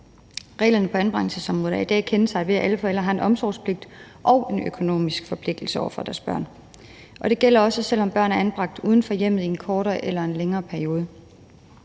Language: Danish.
Reglerne for anbringelse, som de er i dag, er kendetegnet ved, at alle forældre har en omsorgspligt og en økonomisk forpligtelse over for deres børn. Og det gælder også, selv om børnene er anbragt uden for hjemmet i en kortere eller en længere periode.